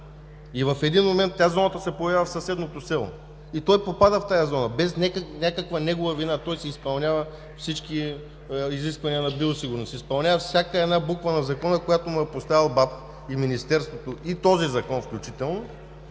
а в един момент зоната се появява в съседното село и той попадне в нея без някаква негова вина, изпълнява си всички изисквания за биосигурност и всяка една буква на закона, която му са поставили БАБХ и Министерството, и този закон включително,